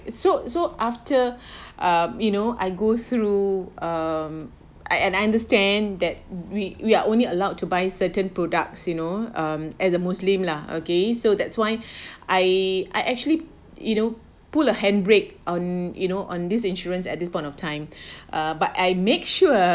it's so so after uh you know I go through um and I understand that we we are only allowed to buy certain products you know um at the muslim lah okay so that's why I I actually you know pull a handbrake on you know on this insurance at this point of time uh but I make sure